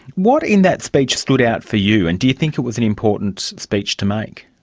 what in that speech stood out for you, and do you think it was an important speech to make?